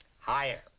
Higher